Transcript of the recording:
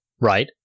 Right